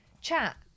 chat